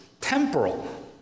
temporal